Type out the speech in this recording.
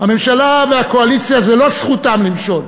הממשלה והקואליציה זה לא זכותן למשול,